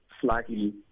slightly